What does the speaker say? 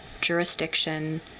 Jurisdiction